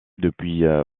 depuis